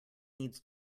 needs